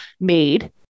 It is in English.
made